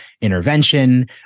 intervention